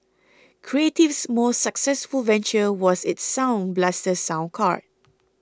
creative's most successful venture was its Sound Blaster Sound Card